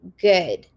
good